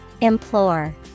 Implore